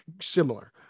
similar